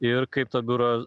ir kaip tą biurą